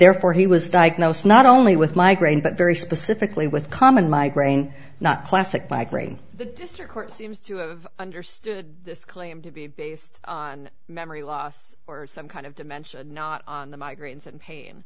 therefore he was diagnosed not only with migraine but very specifically with common migraine not classic migraine the district court seems to have understood this claim to be based on memory loss or some kind of dementia not on the migraines and pain